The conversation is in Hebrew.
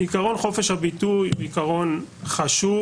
עיקרון חופש הביטוי הוא עיקרון חשוב.